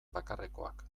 bakarrekoak